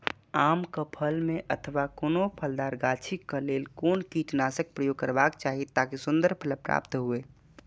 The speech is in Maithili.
आम क फल में अथवा कोनो फलदार गाछि क लेल कोन कीटनाशक प्रयोग करबाक चाही ताकि सुन्दर फल प्राप्त हुऐ?